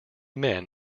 men